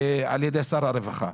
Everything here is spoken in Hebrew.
על ידי שר הרווחה.